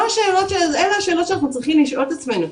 אלה השאלות שאנחנו צריכים לשאול את עצמנו.